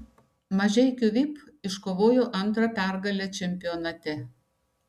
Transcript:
mažeikių vip iškovojo antrą pergalę čempionate